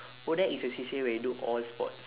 ODAC is a C_C_A where you do all sports